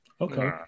Okay